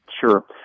Sure